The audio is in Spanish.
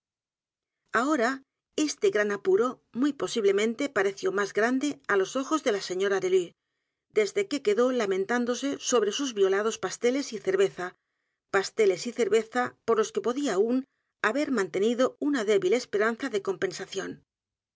ahora este g r a n apuro muy posiblemente pareció más grande á los ojos de la seño r a delue desde que quedó lamentándose sobre sus violados pasteles y cerveza pasteles y cerveza por los que podía aún haber mantenido una débil esperanza de compensación